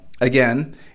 again